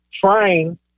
trying